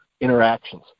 interactions